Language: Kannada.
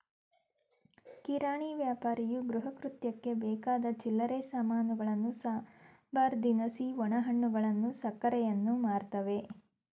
ಕಿರಾಣಿ ವ್ಯಾಪಾರಿಯು ಗೃಹಕೃತ್ಯಕ್ಕೆ ಬೇಕಾದ ಚಿಲ್ಲರೆ ಸಾಮಾನುಗಳನ್ನು ಸಂಬಾರ ದಿನಸಿ ಒಣಹಣ್ಣುಗಳು ಸಕ್ಕರೆಯನ್ನು ಮಾರ್ತವೆ